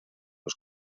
los